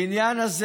בעניין הזה,